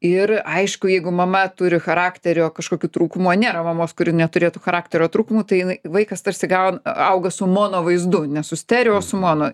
ir aišku jeigu mama turi charakterio kažkokių trūkumų nėra mamos kuri neturėtų charakterio trūkumų tai jinai vaikas tarsi gaun auga su mono vaizdu ne su stereo o su mono